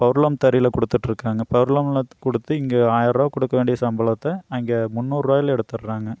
powerloom தறியில் கொடுத்துட்ருக்காங்க பவர்லூம்ல கொடுத்து இங்க ஆயிரம்ரூவா கொடுக்கவேண்டிய சம்பளத்தை அங்கே முன்னூறுருவாயில எடுத்துடறாங்க